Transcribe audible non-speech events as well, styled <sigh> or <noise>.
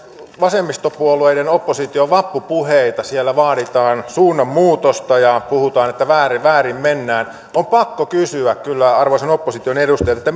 vasemmistopuolueiden ja opposition vappupuheita siellä vaaditaan suunnanmuutosta ja puhutaan että väärin väärin mennään on pakko kysyä kyllä arvoisan opposition edustajilta <unintelligible>